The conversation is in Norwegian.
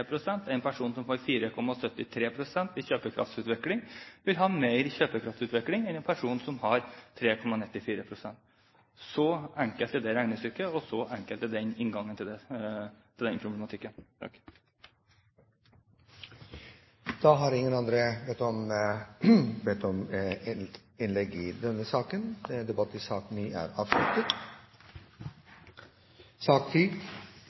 En person som får 4,73 pst. i kjøpekraftsutvikling, vil ha større kjøpekraftsutvikling enn en person som har 3,94 pst. Så enkelt er det regnestykket, og så enkelt er den inngangen til den problematikken. Flere har ikke bedt om ordet til sak nr. 9. Ingen har bedt om ordet. Ingen har bedt om